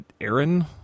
Aaron